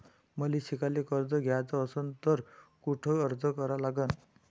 मले शिकायले कर्ज घ्याच असन तर कुठ अर्ज करा लागन?